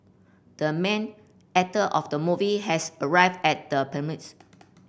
the main actor of the movie has arrived at the